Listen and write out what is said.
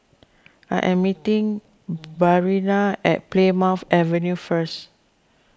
I am meeting Bryanna at Plymouth Avenue first